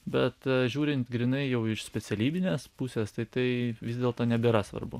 bet žiūrint grynai jau iš specialybinės pusės tai tai vis dėlto nebėra svarbu